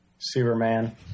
Superman